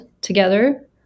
together